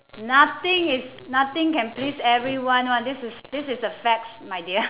nothing is nothing can please everyone [one] this is this is a facts my dear